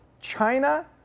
China